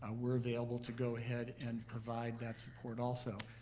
ah we're available to go ahead and provide that support also.